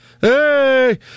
Hey